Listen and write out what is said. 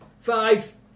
Five